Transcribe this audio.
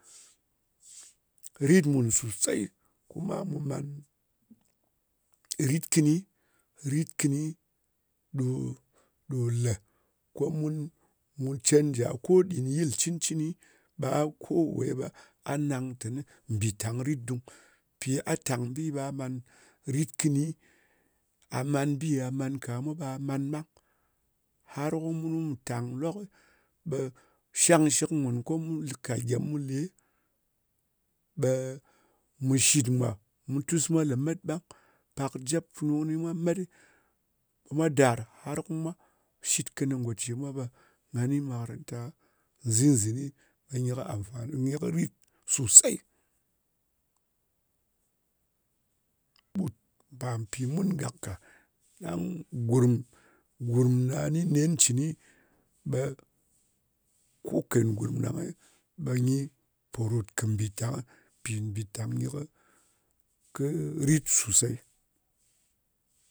rit mùn sosey, kuma mu man rit kɨni. Rit kɨni ɗo lē ko mu canja. cɨncɨni, ɓe a nang pò kowe ɓe a nangteni mbìtang rit dung. Mpì a tàng bi ɓa man rit kɨni. Man bi ya man ka mwa ɓa man ɓang. Har ko munu mu tang lok, ɓe shang shɨk mùn, ko mu ka gyem mu lè ɓe mu shit mwa. Mu tus mwa lemet ɓang. Pak jep funu kɨni mwa met ɗɨ, ɓe mwa dàr, har ko mwa pò shit kɨnɨ ngo ce mwa, ɓe nga ni makaranta nzin-zini ɓe nyɨ amfani. Nyi kɨ rit sosey. Ba mpì mun gak ka, ɗang mpì gurm ne gha ni nen cɨnɨ, ɓe ken gurm ɗang-e ɓe nyi pò ròt kɨ mbìtang. Mpì mbìtang nyɨ rit sosey.